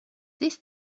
this